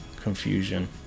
confusion